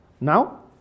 now